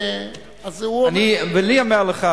אני אומר לך,